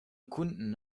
kunden